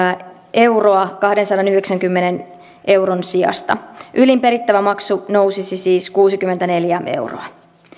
euroa kahdensadanyhdeksänkymmenen euron sijasta ylin perittävä maksu nousisi siis kuusikymmentäneljä euroa